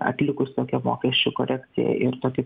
atlikus tokią mokesčių korekciją ir tokį